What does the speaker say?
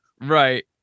Right